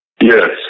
Yes